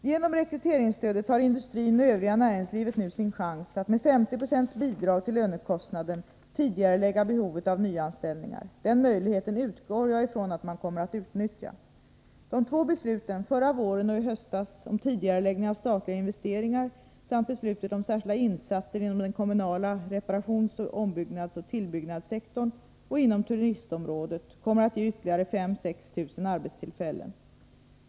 Genom rekryteringsstödet har industrin och övriga näringslivet nu sin chans att med 5096 bidrag till lönekostnaden tidigarelägga behovet av nyanställningar. Den möjligheten utgår jag ifrån att man kommer att utnyttja. De två besluten — förra våren och i höstas — om tidigareläggning av statliga investeringar samt beslutet om särskilda insatser inom den kommunala reparations-, ombyggnadsoch tillbyggnadssektorn och inom turistområdet kommer att ge ytterligare 5 000-6 000 arbetstillfällen.